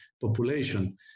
population